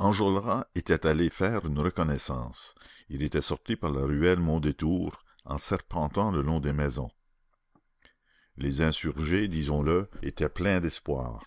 enjolras était allé faire une reconnaissance il était sorti par la ruelle mondétour en serpentant le long des maisons les insurgés disons-le étaient pleins d'espoir